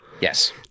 Yes